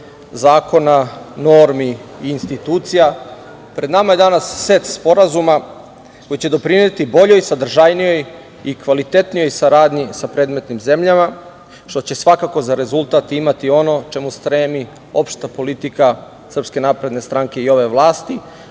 zakona normi, institucija, pred nama je danas set sporazuma koji će doprineti boljoj, sadržajnijoj i kvalitetnijoj saradnji sa predmetnim zemljama, što će svakako za rezultat imati ono čemu stremi opšta politika SNS i ove vlasti,